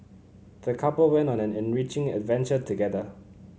the couple went on an enriching adventure together